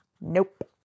Nope